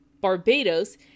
Barbados